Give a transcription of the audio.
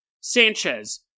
Sanchez